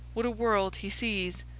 what a world he sees!